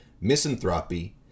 Misanthropy